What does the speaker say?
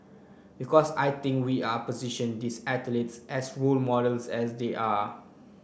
because I think we are position these athletes as role models as they are